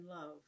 love